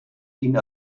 ihn